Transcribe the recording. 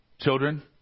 children